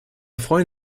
freuen